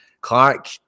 Clark